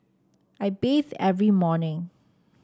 I bathe every morning